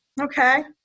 Okay